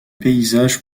paysages